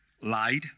lied